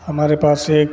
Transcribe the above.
हमारे पास एक